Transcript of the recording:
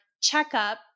checkup